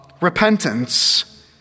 repentance